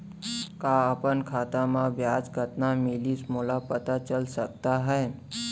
का अपन खाता म ब्याज कतना मिलिस मोला पता चल सकता है?